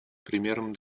примером